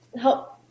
help